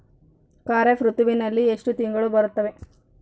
ಖಾರೇಫ್ ಋತುವಿನಲ್ಲಿ ಎಷ್ಟು ತಿಂಗಳು ಬರುತ್ತವೆ?